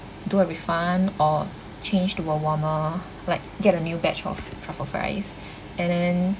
do a refund or changed to a warmer like get a new batch of truffle fries and then